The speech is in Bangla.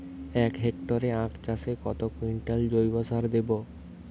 এক হেক্টরে আখ চাষে কত কুইন্টাল জৈবসার দেবো?